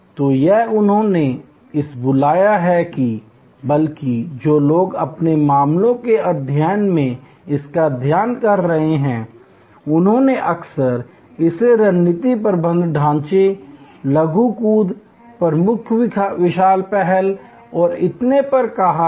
तो यह उन्होंने इसे बुलाया है या बल्कि जो लोग अपने मामले के अध्ययन में इसका अध्ययन कर रहे हैं उन्होंने अक्सर इसे रणनीतिक प्रबंधन ढांचे लघु कूद प्रमुख विकास पहल और इतने पर कहा है